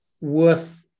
worth